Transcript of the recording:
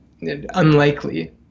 unlikely